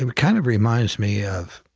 and kind of reminds me of,